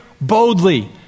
boldly